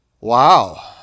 Wow